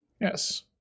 Yes